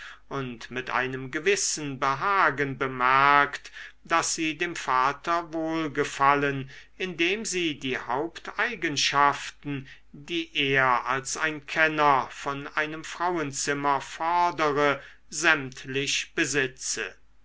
und mit einem gewissen behagen bemerkt daß sie dem vater wohlgefallen indem sie die haupteigenschaften die er als ein kenner von einem frauenzimmer fordere sämtlich besitze